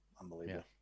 unbelievable